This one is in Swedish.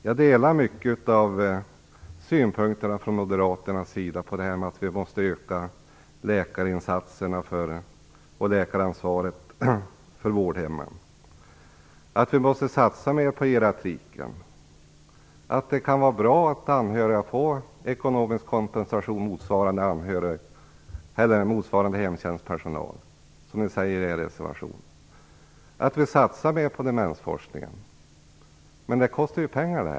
Jag delar många av Moderaternas synpunkter om att vi måste öka läkarinsatserna och läkaransvaret för vårdhemmen, att vi måste satsa mer på geriatriken, att det kan vara bra att anhöriga kan få ekonomisk kompensation som motsvarar kostnaderna för hemtjänstpersonal, som ni säger i er reservation, att vi satsar mer på demensforskningen. Men detta kostar ju pengar.